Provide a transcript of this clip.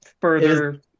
further